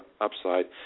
upside